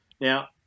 Now